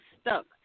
stuck